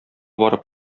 барып